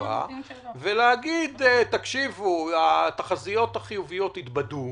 ולהגיד: התחזיות החיוביות התבדו,